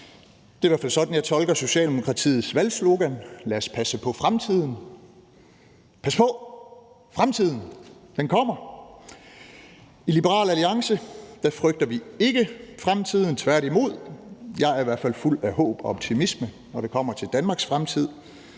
Det er i hvert fald sådan, jeg tolker Socialdemokratiets valgslogan »Lad os passe på fremtiden«: Pas på, fremtiden kommer. I Liberal Alliance frygter vi ikke fremtiden – tværtimod. Jeg er i hvert fald fuld af håb og optimisme, når det kommer til Danmarks fremtid.